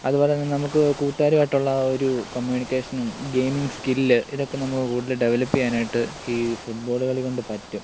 അതുപോലെ തന്നെ നമുക്ക് കൂട്ടുകാരുമായിട്ടുള്ള ഒരു കമ്മ്യൂണിക്കേഷനും ഗെയിമിംഗ് സ്കില്ല് ഇതൊക്കെ നമുക്ക് കൂടുതൽ ഡെവലപ്പ് ചെയ്യാനായിട്ട് ഈ ഫുട്ബോൾ കളികൊണ്ട് പറ്റും